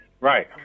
right